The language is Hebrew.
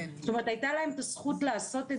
זאת אומרת הייתה להם את הזכות לעשות את